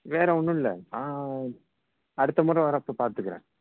வேறு ஒன்றும் இல்லை நான் அடுத்த முறை வர்றப்போ பார்த்துக்குறேன்